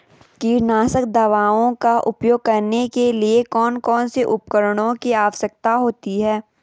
कीटनाशक दवाओं का उपयोग करने के लिए कौन कौन से उपकरणों की आवश्यकता होती है?